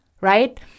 Right